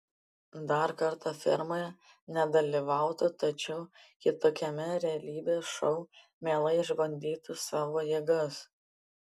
dar kartą fermoje nedalyvautų tačiau kitokiame realybės šou mielai išbandytų savo jėgas